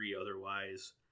otherwise